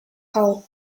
hall